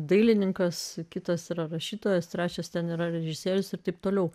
dailininkas kitas yra rašytojas rašęs ten yra režisierius ir taip toliau